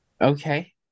Okay